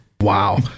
Wow